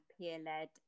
peer-led